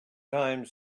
time